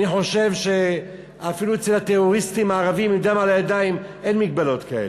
אני חושב שאפילו לטרוריסטים הערבים עם דם על הידיים אין מגבלות כאלה.